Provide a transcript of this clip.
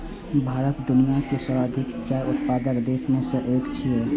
भारत दुनियाक सर्वाधिक चाय उत्पादक देश मे सं एक छियै